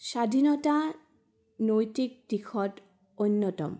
স্বাধীনতা নৈতিক দিশত অন্যতম